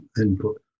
input